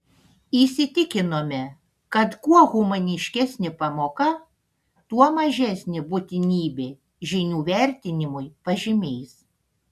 įsitikinome kad kuo humaniškesnė pamoka tuo mažesnė būtinybė žinių vertinimui pažymiais